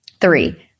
three